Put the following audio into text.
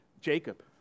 Jacob